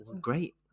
great